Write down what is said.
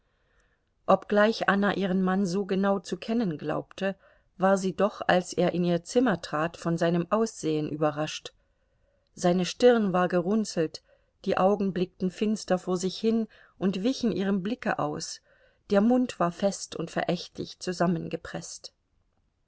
obgleich anna ihren mann so genau zu kennen glaubte war sie doch als er in ihr zimmer trat von seinem aussehen überrascht seine stirn war gerunzelt die augen blickten finster vor sich hin und wichen ihrem blicke aus der mund war fest und verächtlich zusammengepreßt